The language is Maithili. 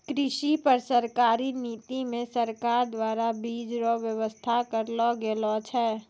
कृषि पर सरकारी नीति मे सरकार द्वारा बीज रो वेवस्था करलो गेलो छै